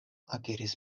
akiris